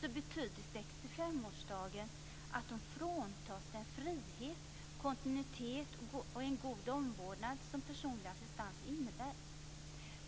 betyder 65-årsdagen att de fråntas den frihet, kontinuitet och goda omvårdnad som personlig assistans innebär.